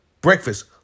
breakfast